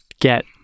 get